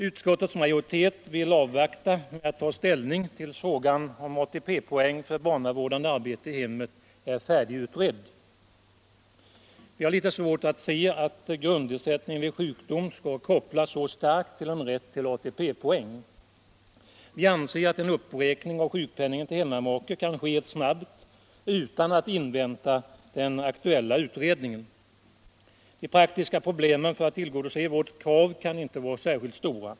Utskottets majoritet vill avvakta med att ta ställning tills frågan om ATP-poäng för barnavårdande arbete i hemmet är färdigutredd: Vi har litet svårt att se att grundersättningen vid sjukdom skall kopplas så starkt : till en rätt till ATP-poäng. Vi anser att en uppräkning av sjukpenningen till hemmamake kan ske snabbt utan att invänta den aktuella utredningen. De praktiska problemen för att tillgodose vårt krav kan inte vara särskilt stora.